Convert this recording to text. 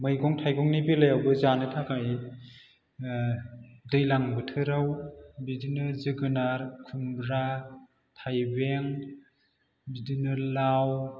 मैगं थाइगंनि बेलायावबो जानो थाखाय दैज्लां बोथोराव बिदिनो जोगोनार खुमब्रा थाइबें बिदिनो लाव